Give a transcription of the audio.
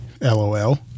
LOL